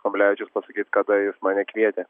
kamblevičius pasakyt kada jis mane kvietė